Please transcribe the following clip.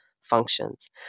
functions